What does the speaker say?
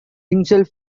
himself